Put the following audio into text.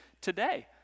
today